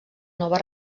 nova